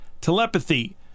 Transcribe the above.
telepathy